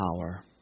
power